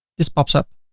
this pops up.